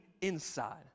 inside